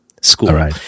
school